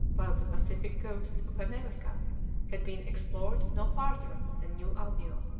while the pacific coast of america had been explored no farther than new albion.